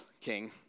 king